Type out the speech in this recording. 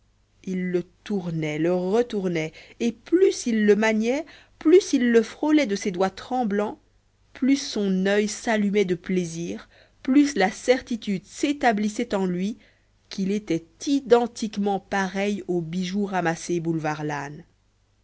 il le tournait le retournait et plus il le maniait plus il le frôlait de ses doigts tremblants plus son oeil s'allumait de plaisir plus la certitude s'établissait en lui qu'il était identiquement pareil au bijou ramassé boulevard lannes